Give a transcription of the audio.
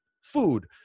food